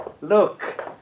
Look